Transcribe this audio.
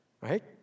Right